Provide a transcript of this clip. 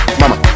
mama